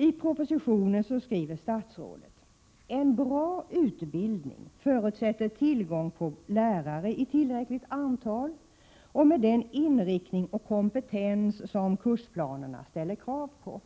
I propositionen skriver statsrådet: ”En bra yrkesutbildning förutsätter tillgång på lärare i tillräckligt antal och med den inriktning och kompetens som kursplanerna ställer krav på.